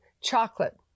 chocolate